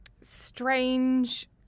strange